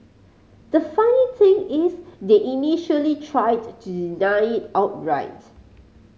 the funny thing is they initially tried to deny it outright